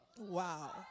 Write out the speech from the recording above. Wow